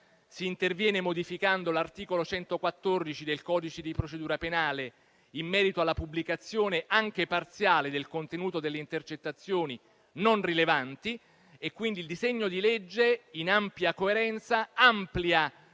si interviene modificando l'articolo 114 del codice di procedura penale in merito alla pubblicazione, anche parziale, del contenuto delle intercettazioni non rilevanti e quindi il disegno di legge, in ampia coerenza, amplia